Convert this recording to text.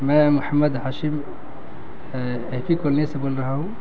میں Mohammad Hashim A P colony سے بول رہا ہوں